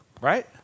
Right